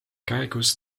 käigus